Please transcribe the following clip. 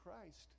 Christ